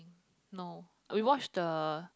no we watched the